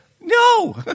No